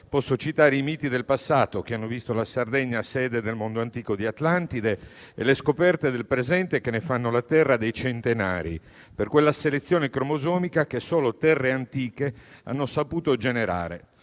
posso citare i miti del passato che hanno visto la Sardegna sede del mondo antico di Atlantide e le scoperte del presente che ne fanno la terra dei centenari, per quella selezione cromosomica che solo terre antiche hanno saputo generare.